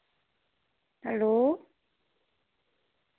hello